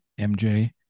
MJ